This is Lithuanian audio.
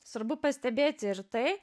svarbu pastebėti ir tai